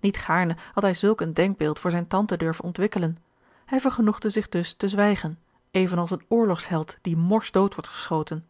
niet gaarne had hij zulk een denkbeeld voor zijne tante durven ontwikkelen hij vergenoegde zich dus te zwijgen even als een oorlogsheld die morsdood wordt geschoten